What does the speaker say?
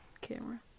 camera